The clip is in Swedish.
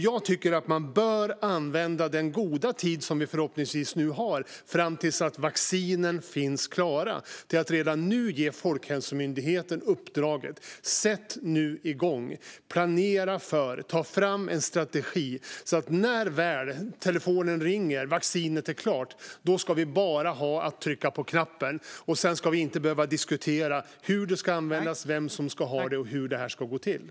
Jag tycker att man bör använda den goda tid som vi förhoppningsvis nu har fram tills att vaccinen finns klara till att redan nu ge Folkhälsomyndigheten uppdraget att sätta igång att planera för och ta fram en strategi, så att när telefonen väl ringer och vaccinet är klart ska vi bara ha att trycka på knappen. Sedan ska vi inte behöva diskutera hur det ska användas, vem som ska ha det och hur det här ska gå till.